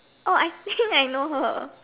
oh I think I know her